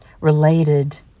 related